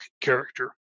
character